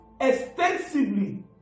extensively